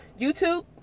YouTube